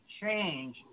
change